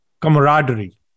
camaraderie